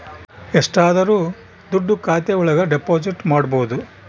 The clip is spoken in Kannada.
ಎಷ್ಟಾದರೂ ದುಡ್ಡು ಖಾತೆ ಒಳಗ ಡೆಪಾಸಿಟ್ ಮಾಡ್ಬೋದು